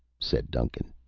said duncan.